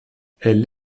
elle